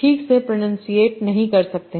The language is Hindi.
ठीक से प्रनंसीएशन नहीं कर सकते